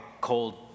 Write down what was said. cold